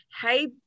hey